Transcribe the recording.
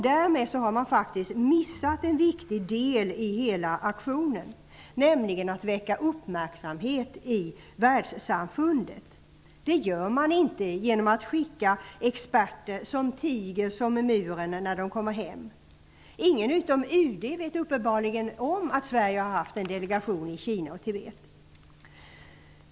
Därmed har man faktiskt missat en viktig del i hela aktionen, nämligen att väcka uppmärksamhet i världssamfundet. Det gör man inte genom att skicka experter som tiger som muren när de kommer hem. Ingen utom UD vet uppenbarligen om att Sverige har haft en delegation i Kina och Tibet.